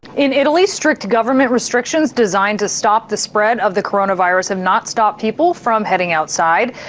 in italy, strict government restrictions designed to stop the spread of the coronavirus have not stopped people from heading outside.